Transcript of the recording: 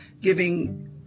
giving